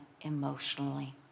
emotionally